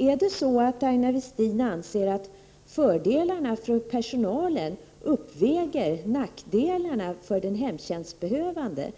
Anser Aina Westin att fördelarna för personalen uppväger nackdelarna för hemtjänstbehövande